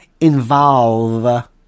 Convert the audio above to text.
involve